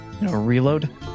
reload